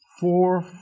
four